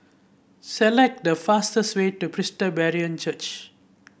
select the fastest way to Presbyterian Church